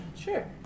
Sure